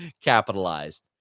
capitalized